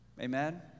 amen